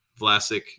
Vlasic